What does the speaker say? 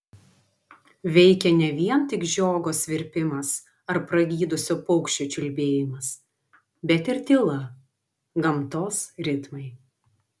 veikė ne vien tik žiogo svirpimas ar pragydusio paukščio čiulbėjimas bet ir tyla gamtos ritmai